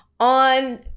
On